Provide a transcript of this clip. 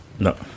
No